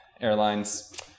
Airlines